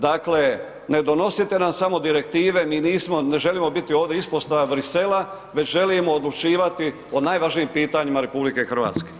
Dakle, ne donosite nam samo direktive, mi nismo, ne želimo biti ovdje ispostava Bruxellesa, već želimo odlučivati o najvažnijim pitanjima RH.